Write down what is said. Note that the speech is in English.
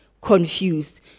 confused